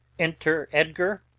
enter edgar,